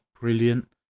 brilliant